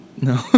No